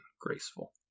graceful